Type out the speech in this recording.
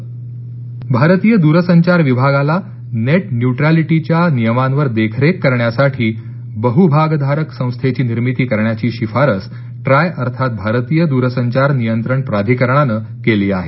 tie भारतीय दूरसंचार विभागाला नेट न्युट्रलिटीच्या नियमांवर देखरेख करण्यासाठी बहुभागधारक संस्थेची निर्मिती करण्याची शिफारस ट्राय अर्थात भारतीय दुरसंचार नियंत्रण प्राधिकरणानं केली आहे